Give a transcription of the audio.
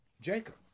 Jacob